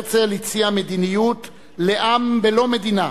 הרצל הציע מדיניות לעם בלא מדינה,